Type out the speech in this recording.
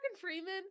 freeman